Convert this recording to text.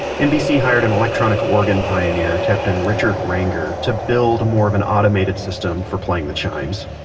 nbc hired and electronic organ pioneer capt. and richard ranger to build more of an automated system for playing the chimes.